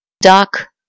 duck